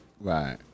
right